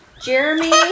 Jeremy